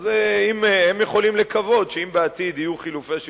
אז הם יכולים לקוות שאם בעתיד יהיו חילופי שלטון,